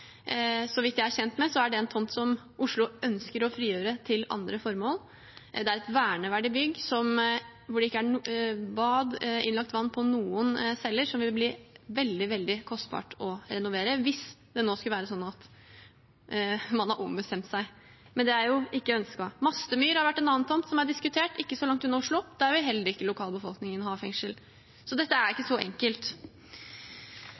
Så vidt jeg er kjent med, er det en tomt som Oslo ønsker å frigjøre til andre formål. Det er et verneverdig bygg hvor det ikke er bad eller innlagt vann på noen seller, så det vil bli veldig, veldig kostbart å renovere – hvis det nå skulle være sånn at man har ombestemt seg. Men det er ikke ønsket. Mastemyr er en annen tomt som har vært diskutert – ikke så langt unna Oslo. Der vil heller ikke lokalbefolkningen har fengsel. Så dette er